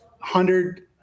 hundred